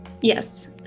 Yes